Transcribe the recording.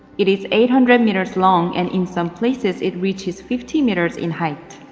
it is eight hundred meters long and in some places it reaches fifty meters in height.